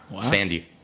Sandy